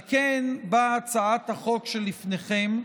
על כן באה הצעת החוק שלפניכם,